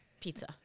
pizza